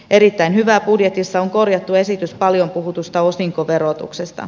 erittäin hyvää budjetissa on korjattu esitys paljon puhutusta osinkoverotuksesta